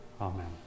Amen